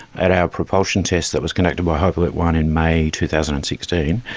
at our propulsion test that was conducted by hyperloop one in may two thousand and sixteen,